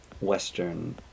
western